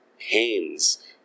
pains